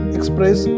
Express